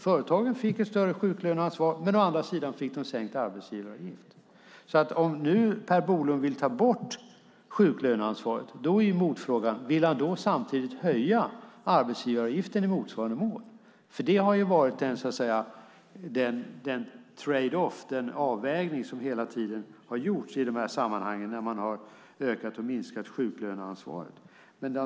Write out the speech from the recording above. Företagen fick alltså ett större sjuklöneansvar, men å andra sidan fick de sänkt arbetsgivaravgift. Om nu Per Bolund vill ta bort sjuklöneansvaret är alltså motfrågan: Vill han då samtidigt höja arbetsgivaravgiften i motsvarande mån? Det har nämligen varit den trade-off, den avvägning, som hela tiden har gjorts i dessa sammanhang när man har ökat och minskat sjuklöneansvaret.